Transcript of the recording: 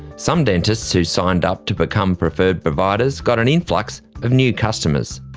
some dentists who signed up to become preferred providers got an influx of new customers.